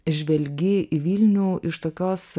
žvelgi į vilnių iš tokios